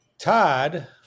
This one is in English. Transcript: Todd